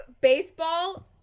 baseball